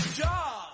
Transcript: job